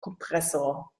kompressor